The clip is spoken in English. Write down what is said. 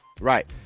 Right